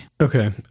okay